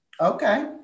Okay